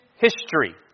history